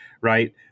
Right